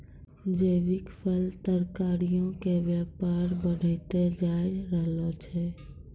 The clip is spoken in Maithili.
जैविक फल, तरकारीयो के व्यापार बढ़तै जाय रहलो छै